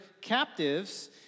captives